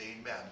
amen